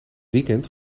weekend